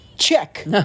Check